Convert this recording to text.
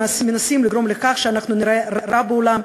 מנסים לגרום לכך שאנחנו ניראה רע בעולם,